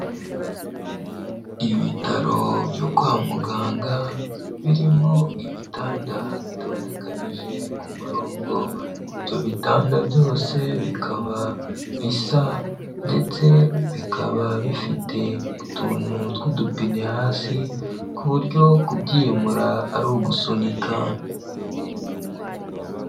Ibitaro byo kwa muganga, birimo ibitanda bitondekanyije ku murongo, ibyo bitanda byose bikaba bisa, ndetse bikaba bifite utuntu tw'udupine hasi, ku buryo kubyimura ari ugusunika.